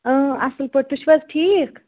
اَصٕل پٲٹھۍ تُہۍ چھِو حظ ٹھیٖک